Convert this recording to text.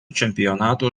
čempionato